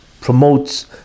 promotes